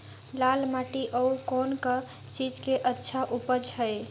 लाल माटी म अउ कौन का चीज के अच्छा उपज है?